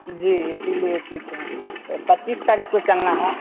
जी इसी लिए पूछें पच्चीस तारीख़ को चलना है